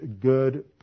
good